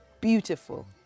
beautiful